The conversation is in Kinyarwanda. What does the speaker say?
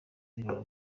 abirabura